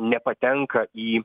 nepatenka į